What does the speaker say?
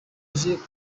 kwigarurira